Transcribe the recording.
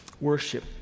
Worship